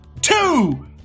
two